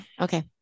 Okay